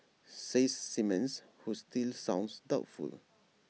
says Simmons who still sounds doubtful